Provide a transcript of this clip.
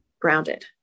grounded